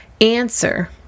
answer